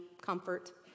comfort